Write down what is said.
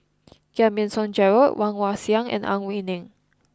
Giam Yean Song Gerald Woon Wah Siang and Ang Wei Neng